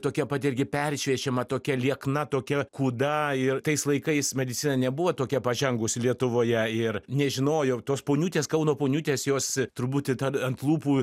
tokia pat irgi peršviečiama tokia liekna tokia kūda ir tais laikais medicina nebuvo tokia pažengus lietuvoje ir nežinojau tos poniutės kauno poniutės jos truputį tad ant lūpų